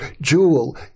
jewel